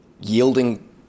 yielding